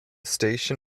station